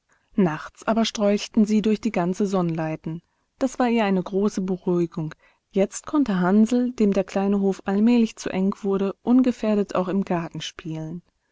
nachts aber strolchten sie durch die ganze sonnleiten das war ihr eine große beruhigung jetzt konnte hansl dem der kleine hof allmählich zu eng wurde ungefährdet auch im garten spielen